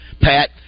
Pat